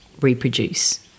reproduce